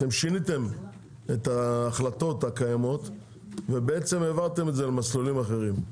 אתם שיניתם את ההחלטות הקיימות ובעצם העברתם את זה למסלולים אחרים.